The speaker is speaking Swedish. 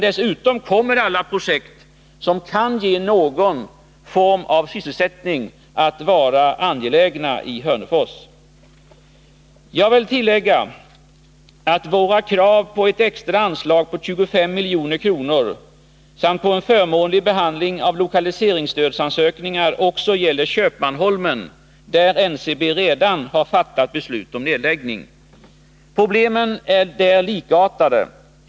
Dessutom kommer alla projekt som kan ge någon form av sysselsättning i Hörnefors att vara angelägna. Jag vill tillägga att våra krav på ett extra anslag på 25 milj.kr. samt på en förmånlig behandling av lokaliseringsstödsansökningar också gäller Köpmanholmen, där NCB redan har fattat beslut om nedläggning. Problemen där är likartade.